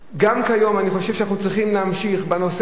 גם כיום אני חושב שאנחנו צריכים להמשיך בנושא הזה,